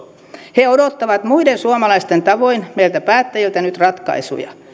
he odottavat muiden suomalaisten tavoin meiltä päättäjiltä nyt ratkaisuja